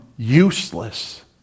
Useless